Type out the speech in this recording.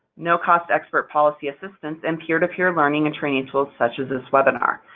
no-cost expert policy assistance, and peer-to-peer learning and training tools such as this webinar.